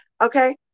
Okay